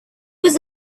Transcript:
was